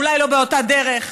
אולי לא באותה דרך,